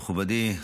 מכובדי,